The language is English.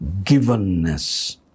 givenness